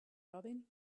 robin